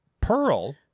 Pearl